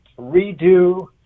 redo